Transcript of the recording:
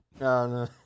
no